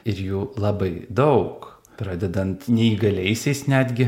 ir jų labai daug pradedant neįgaliaisiais netgi